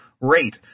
rate